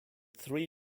three